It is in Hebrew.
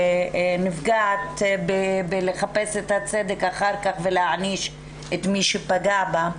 לנפגעת בלחפש את הצדק אחר כך ולהעניש את מי שפגע בה,